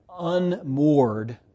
unmoored